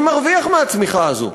מי מרוויח מהצמיחה הזאת,